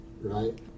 right